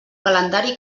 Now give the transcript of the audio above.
calendari